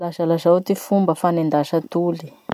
Lazalazao ty fomba fanendasa atoly?